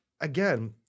again